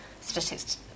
statistics